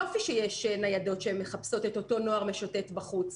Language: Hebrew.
יופי שיש ניידות שמחפשות את אותו נוער שמשוטט בחוץ,